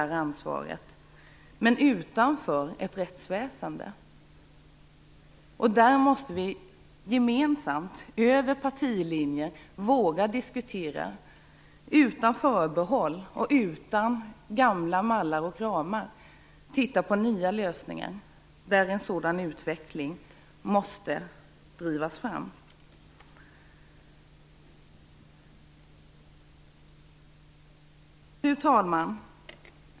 Men allt detta kan göras utanför rättsväsendet. Vi måste gemensamt, över partilinjerna, våga diskutera utan förbehåll, utan gamla mallar och ramar, och hitta nya lösningar. Fru talman!